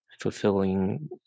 fulfilling